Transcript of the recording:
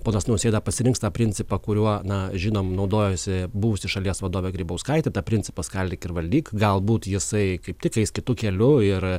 ponas nausėda pasirinks tą principą kuriuo na žinom naudojosi buvusi šalies vadovė grybauskaitė tą principą skaldyk ir valdyk galbūt jisai kaip tik eis kitu keliu ir